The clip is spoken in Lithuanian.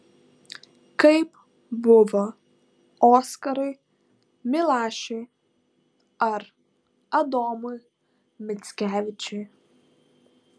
kaip buvo oskarui milašiui ar adomui mickevičiui